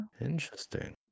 Interesting